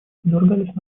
подвергались